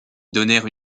donnèrent